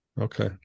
Okay